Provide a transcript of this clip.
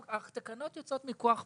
התקנות יוצאת מכוח פקודה,